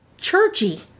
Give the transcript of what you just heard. churchy